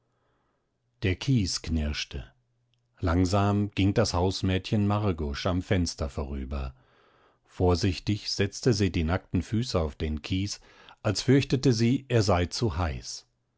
der kies knirschte langsam ging das hausmädchen margusch am fenster vorüber vorsichtig setzte sie die nackten füße auf den kies als fürchtete sie er sei zu heiß